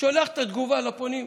שולח את התגובה לפונים.